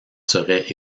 seraient